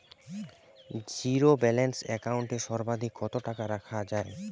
Zero balance account এ সর্বাধিক কত টাকা রাখা য়ায়?